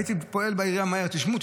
הייתי פועל בעירייה מהר: תשמעו,